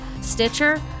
Stitcher